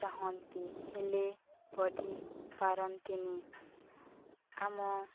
ଚାହଁନ୍ତି ହେଲେ ପଢ଼ିପାରନ୍ତିନି ଆମ